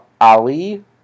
Ali